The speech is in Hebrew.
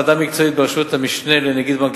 ועדה מקצועית בראשות המשנה לנגיד בנק